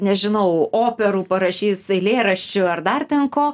nežinau operų parašys eilėraščių ar dar ten ko